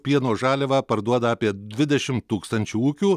pieno žaliavą parduoda apie dvidešim tūkstančių ūkių